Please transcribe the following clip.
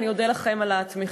אני אודה לכם על התמיכה.